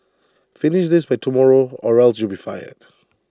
finish this by tomorrow or else you'll be fired